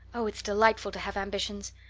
oh, it's delightful to have ambitions.